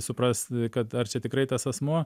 supras kad ar čia tikrai tas asmuo